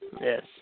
Yes